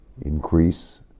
increase